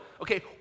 okay